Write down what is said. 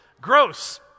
gross